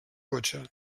cotxe